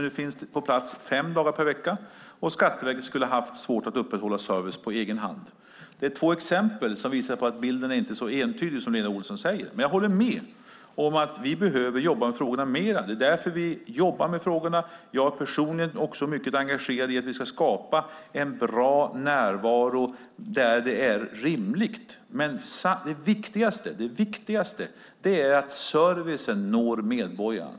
Nu finns man på plats fem dagar i veckan. Skatteverket skulle ha haft svårt att upprätthålla service på egen hand. Det är två exempel på att bilden inte är så entydig som Lena Olsson säger. Jag håller med om att vi behöver jobba mer med frågorna. Vi jobbar med frågorna. Jag är personligen mycket engagerad i att vi ska skapa en bra närvaro där det är rimligt. Det viktigaste är att servicen når medborgarna.